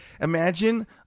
imagine